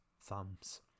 thumbs